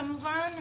כמובן,